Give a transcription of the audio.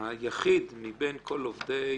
שהיחיד מבין כל עובדי